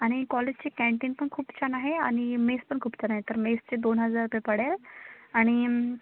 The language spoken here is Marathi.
आणि कॉलेजचे कॅन्टीन पण खूप छान आहे आणि मेस पण खूप छान आहे तर मेसचे दोन हजार रुपये पडेल आणि